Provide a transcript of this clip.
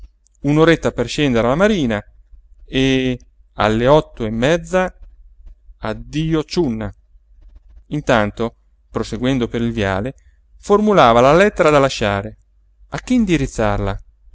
un'oretta per scendere alla marina e alle otto e mezzo addio ciunna intanto proseguendo per il viale formulava la lettera da lasciare a chi indirizzarla